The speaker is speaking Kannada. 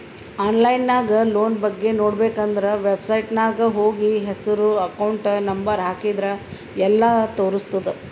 ಆನ್ಲೈನ್ ನಾಗ್ ಲೋನ್ ಬಗ್ಗೆ ನೋಡ್ಬೇಕ ಅಂದುರ್ ವೆಬ್ಸೈಟ್ನಾಗ್ ಹೋಗಿ ಹೆಸ್ರು ಅಕೌಂಟ್ ನಂಬರ್ ಹಾಕಿದ್ರ ಎಲ್ಲಾ ತೋರುಸ್ತುದ್